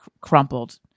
crumpled